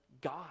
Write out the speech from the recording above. God